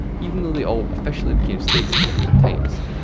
even though they all officially became states at different times.